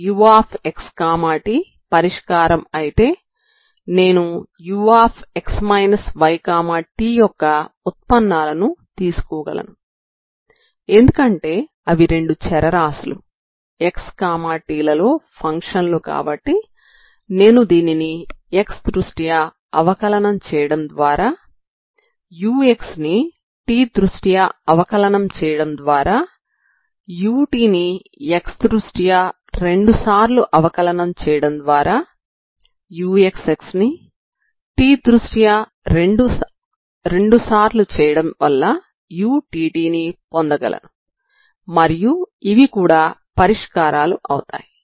uxt పరిష్కారం అయితే నేను ux yt యొక్క ఉత్పన్నాలను తీసుకోగలను ఎందుకంటే అవి రెండు చరరాశులు xt లలో ఫంక్షన్లు కాబట్టి నేను దీనిని x దృష్ట్యా అవకలనం చేయడం ద్వారా ux ని t దృష్ట్యా అవకలనం చేయడం ద్వారా utని x దృష్ట్యా రెండుసార్లు అవకలనం చేయడం ద్వారా uxxని t దృష్ట్యా రెండు సార్లు చేయడం వల్ల uttని పొందగలను మరియు ఇవి కూడా పరిష్కారాలు అవుతాయి